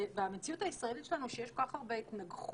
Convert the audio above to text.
במציאות הישראלית שלנו שיש כל כך הרבה התנגחויות